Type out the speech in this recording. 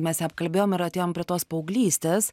mes ją apkalbėjom ir atėjom prie tos paauglystės